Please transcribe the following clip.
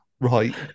right